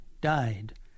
died